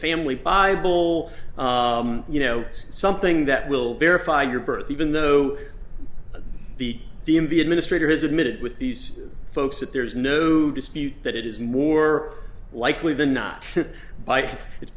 family bible you know something that will verify your birth even though the d m v administrator has admitted with these folks that there's no dispute that it is more likely than not to bite it's